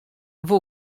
woe